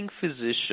physician